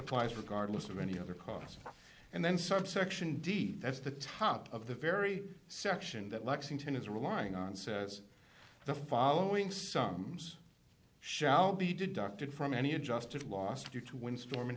applies regardless of any other cause and then subsection d that's the top of the very section that lexington is relying on says the following some shall be deducted from any adjusted lost due to wind storm